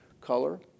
color